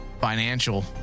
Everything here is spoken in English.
financial